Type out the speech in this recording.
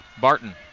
Barton